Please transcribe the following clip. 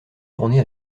tournées